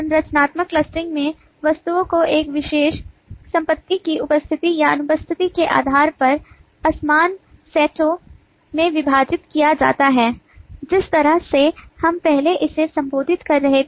संरचनात्मक क्लस्टरिंग में वस्तुओं को एक विशेष संपत्ति की उपस्थिति या अनुपस्थिति के आधार पर असमान सेटों में विभाजित किया जाता है जिस तरह से हम पहले इसे संबोधित कर रहे थे